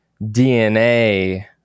DNA